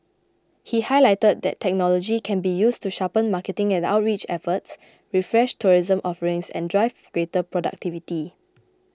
he highlighted that technology can be used to sharpen marketing and outreach efforts refresh tourism offerings and drive greater productivity